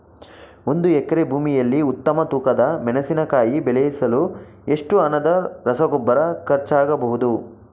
ಒಂದು ಎಕರೆ ಭೂಮಿಯಲ್ಲಿ ಉತ್ತಮ ತೂಕದ ಮೆಣಸಿನಕಾಯಿ ಬೆಳೆಸಲು ಎಷ್ಟು ಹಣದ ರಸಗೊಬ್ಬರ ಖರ್ಚಾಗಬಹುದು?